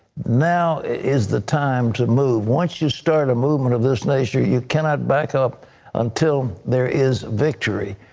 now is the time to move. once you start a movement of this nature you cannot back up until there is victory.